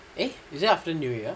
eh is it after new year